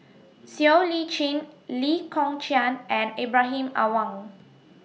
Siow Lee Chin Lee Kong Chian and Ibrahim Awang